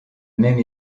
même